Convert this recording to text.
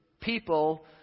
people